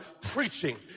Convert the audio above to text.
Preaching